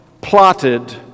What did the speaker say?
plotted